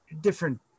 different